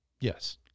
Yes